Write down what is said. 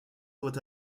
doit